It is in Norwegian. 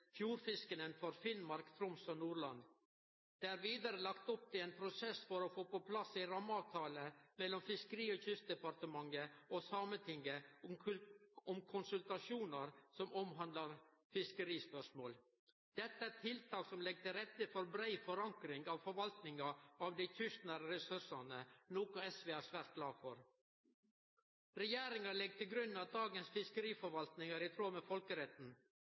for Finnmark, Troms og Nordland. Det er vidare lagt opp til ein prosess for å få på plass ei rammeavtale mellom Fiskeri- og kystdepartementet og Sametinget om konsultasjonar som omhandlar fiskerispørsmål. Dette er tiltak som legg til rette for ei brei forankring av forvaltninga av dei kystnære ressursane, noko SV er svært glad for. Regjeringa legg til grunn at dagens fiskeriforvaltning er i tråd med folkeretten.